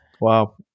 Wow